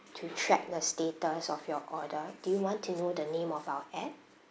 to track the status of your order do you want to know the name of our app